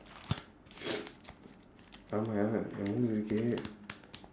ஆமா:aamaa இருக்கு:irukku